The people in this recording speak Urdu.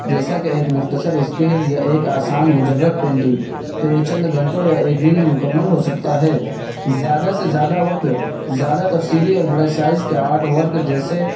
جیسا کہ ایک مختصر اسکیچ یا ایک آسان مجرد پینٹنگ تو یہ چند گھنٹوں یا ایک دن میں مکمل ہو سکتا ہے زیادہ سے زیادہ وقت زیادہ تفصیلی اور بڑے سائز کے آرٹ ورک جیسے